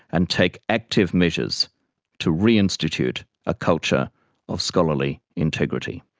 and take active measures to reinstitute a culture of scholarly integrity.